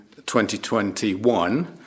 2021